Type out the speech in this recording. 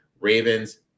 Ravens